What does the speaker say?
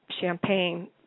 champagne